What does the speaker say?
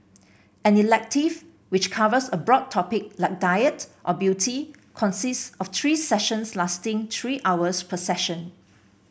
an elective which covers a broad topic like diet or beauty consists of three sessions lasting three hours per session